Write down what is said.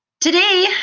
Today